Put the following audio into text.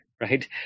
right